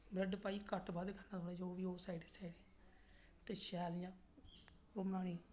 bread पाइयै फिर करना जो बी साइडें साइडें ते शैल इयां ओह् बनानी